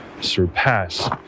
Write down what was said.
surpass